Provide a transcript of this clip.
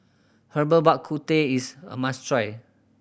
Herbal Bak Ku Teh is a must try